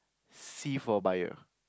C for bio